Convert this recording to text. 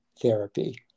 therapy